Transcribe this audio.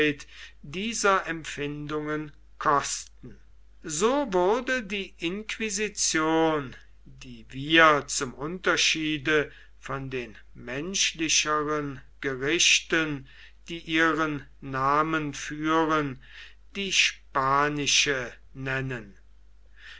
dieser empfindungen kosten so wurde die inquisition die wir zum unterschiede von den menschlicheren gerichten die ihren namen führen die spanische nennen